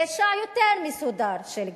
פשע יותר מסודר של גנבה.